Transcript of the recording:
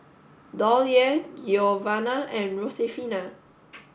Dollye Giovanna and Josefina